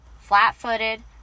flat-footed